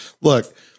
look